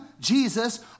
Jesus